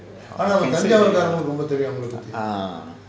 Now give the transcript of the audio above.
ah